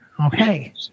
Okay